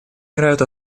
играют